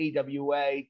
AWA